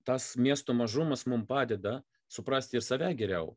tas miesto mažumas mum padeda suprasti ir save geriau